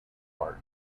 art